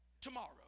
tomorrow